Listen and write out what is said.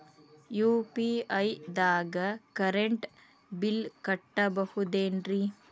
UPI ದಾಗ current bill ಕಟ್ಟಬಹುದೇನ್ರಿ?